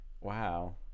wow